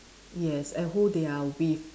yes and who they are with